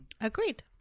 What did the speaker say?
agreed